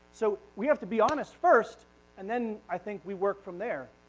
so, we have to be honest first and then i think we work from there.